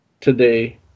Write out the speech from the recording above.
today